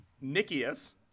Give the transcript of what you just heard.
Nicias